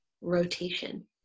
rotation